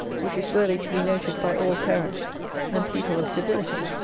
which is worthy to be noted by all parents and people of civility.